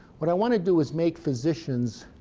what i want to do is make physicians